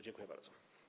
Dziękuję bardzo.